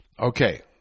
Okay